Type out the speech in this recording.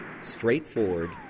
straightforward